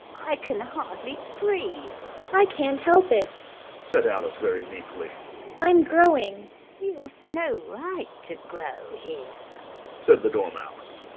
i can hardly breathe i can't help it said alice very meekly i'm growing you've no right to grow here said the dormouse.